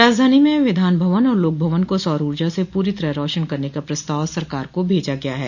राजधानी में विधान भवन और लोकभवन को सौर ऊर्जा से पूरी तरह रौशन करने का प्रस्ताव सरकार को भेजा गया है